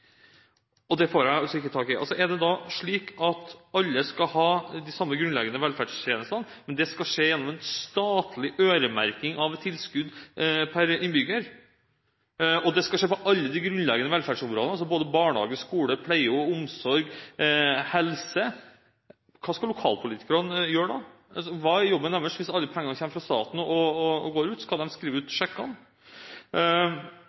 det slik at alle skal ha de samme grunnleggende velferdstjenestene, men at det skal skje gjennom en statlig øremerking av tilskudd per innbygger? Og det skal skje på alle de grunnleggende velferdsområdene, altså barnehage, skole, pleie og omsorg og helse? Hva skal lokalpolitikerne gjøre da? Hva er deres jobb hvis alle pengene kommer fra staten og går videre ut? Skal de skrive ut